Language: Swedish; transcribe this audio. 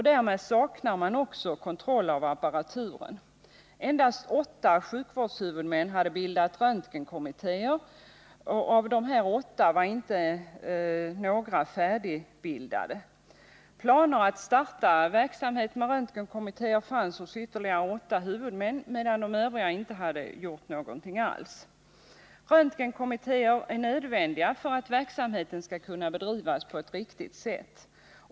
Därmed saknas också kontroll av apparaturen. Endast åtta sjukvårdshuvudmän hade bildat röntgenkommittéer, och av dessa var några inte ens färdigbildade. Planer på att starta sådan verksamhet fanns hos ytterligare åtta huvudmän, medan de övriga inte har någon planering alls. Röntgenkommittéer är nödvändiga för att verksamheten skall kunna bedrivas på ett riktigt sätt.